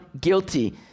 guilty